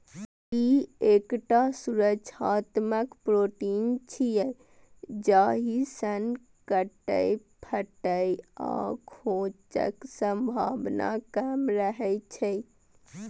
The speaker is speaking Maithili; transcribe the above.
ई एकटा सुरक्षात्मक प्रोटीन छियै, जाहि सं कटै, फटै आ खोंचक संभावना कम रहै छै